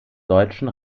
deutschen